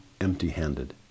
empty-handed